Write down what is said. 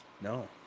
No